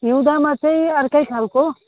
हिउँदमा चाहिँ अर्कै खालको